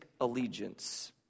allegiance